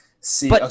See